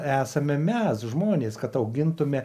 esame mes žmonės kad augintumėme